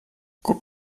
guck